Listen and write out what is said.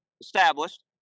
established